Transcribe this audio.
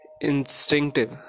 instinctive